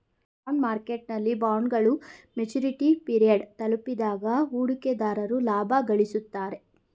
bond ಮಾರ್ಕೆಟ್ನಲ್ಲಿ ಬಾಂಡ್ಗಳು maturity period ತಲುಪಿದಾಗ ಹೂಡಿಕೆದಾರರು ಲಾಭ ಗಳಿಸುತ್ತಾರೆ